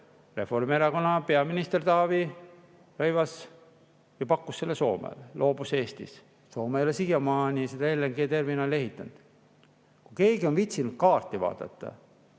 Reformierakonna peaminister Taavi Rõivas pakkus selle Soome, loobus Eestis [ehitamisest]. Soome ei ole siiamaani seda terminali ehitanud. Kui keegi on viitsinud kaarti vaadata,